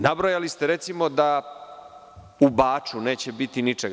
Nabrojali ste recimo da u Baču neće biti ničega.